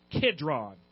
Kidron